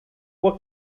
what